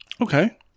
Okay